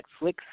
Netflix